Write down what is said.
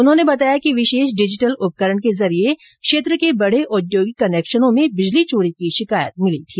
उन्होंने बताया कि विशेष डिजिटल उपकरण के जरिये क्षेत्र के बडे औद्योगिक कनेक्शनों में बिजली चोरी की शिकायत मिली थी